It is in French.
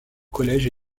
collège